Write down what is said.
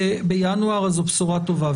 זו בשורה טובה.